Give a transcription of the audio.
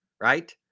right